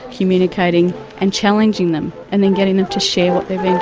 communicating and challenging them, and then getting them to share what they've they've